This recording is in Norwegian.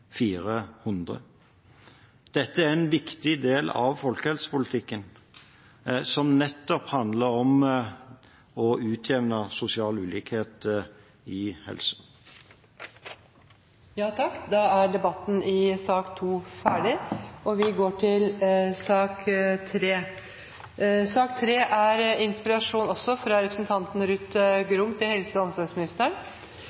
400. Dette er en viktig del av folkehelsepolitikken, som nettopp handler om å utjevne sosial ulikhet i helse. Da er debatten i sak nr. 2 omme. Trygghet er helse. Derfor var helsekomiteen tydelig på, da vi